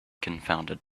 confounded